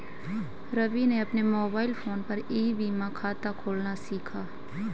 रवि ने अपने mobile phone पर ई बीमा खाता खोलना सीखा